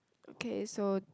okay so